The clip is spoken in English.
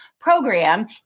program